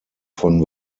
von